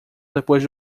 depois